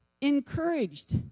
encouraged